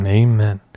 amen